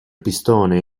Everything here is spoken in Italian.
pistone